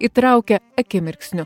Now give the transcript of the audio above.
įtraukia akimirksniu